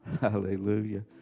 Hallelujah